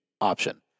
option